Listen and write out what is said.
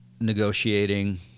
negotiating